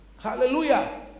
Hallelujah